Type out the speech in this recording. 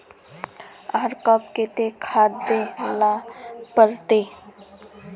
आर कब केते खाद दे ला पड़तऐ?